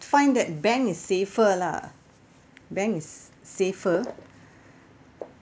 find that bank is safer lah bank is safer